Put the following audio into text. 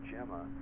Gemma